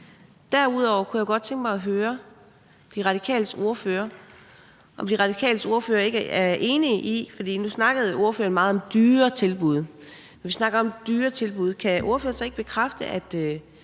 Derudover kunne jeg godt tænke mig at høre De Radikales ordfører, om De Radikales ordfører ikke kan bekræfte – for nu snakkede ordføreren meget om dyre tilbud – at når vi snakker om dyre tilbud, er det sådan set